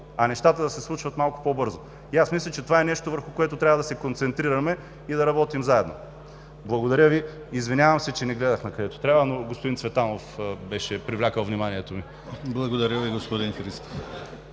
а нещата да се случват малко по-бързо?! Мисля, че това е нещо, върху което трябва да се концентрираме и да работим заедно. Благодаря Ви. Извинявам се, че не гледах накъдето трябва, но господин Цветанов беше привлякъл вниманието ми. ПРЕДСЕДАТЕЛ ДИМИТЪР